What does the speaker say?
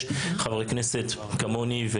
יש חברי כנסת כמוני,